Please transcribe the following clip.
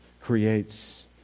creates